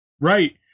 Right